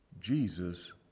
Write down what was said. Jesus